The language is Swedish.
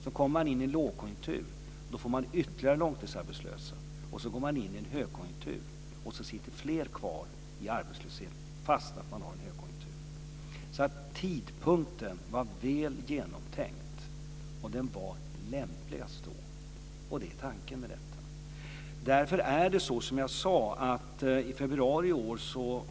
Så kommer man in i en lågkonjunktur och då får man ytterligare långtidsarbetslösa. Sedan går man åter in i en högkonjunktur, och fler sitter kvar i arbetslöshet trots att det är högkonjunktur. Tidpunkten var alltså väl genomtänkt, och den var den lämpligaste. Det är tanken med detta.